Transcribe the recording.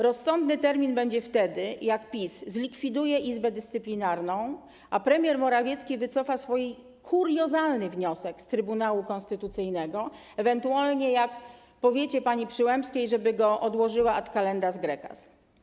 Rozsądny termin będzie wtedy, gdy PiS zlikwiduje Izbę Dyscyplinarną, a premier Morawiecki wycofa swój kuriozalny wniosek z Trybunału Konstytucyjnego, ewentualnie gdy powiecie pani Przyłębskiej, żeby go odłożyła ad Kalendas graecas.